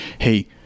hey